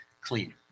clean